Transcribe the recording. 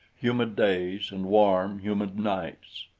humid days and warm, humid nights.